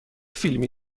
فیلمی